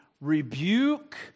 rebuke